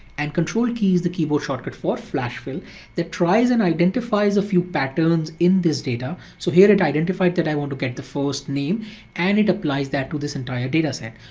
and control e is the keyboard shortcut for flash fill that tries and identifies a few patterns in this data. so here at identified that i want to get the first name and it applies that to this entire data set.